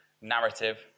narrative